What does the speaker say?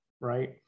right